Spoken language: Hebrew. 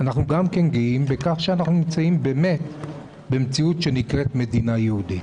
אנחנו גם כן גאים בכך שאנחנו נמצאים באמת במציאות שנקראת מדינה יהודית.